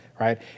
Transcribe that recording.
right